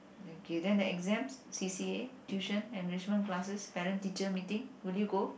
okay then the exams C_C_A tuition arrangement classes parent teacher meeting would you go